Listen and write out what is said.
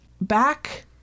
back